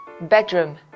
Bedroom